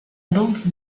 bande